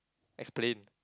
explain